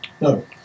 No